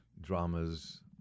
dramas